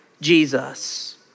Jesus